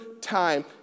time